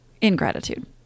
ingratitude